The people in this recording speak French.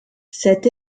cet